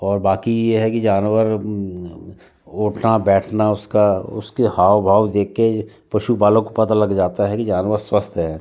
और बाकी है कि जानवर उठना बैठना उसका उसके हाव भाव देख के पशु पालक को पता लग जाता है कि जानवर स्वस्थ है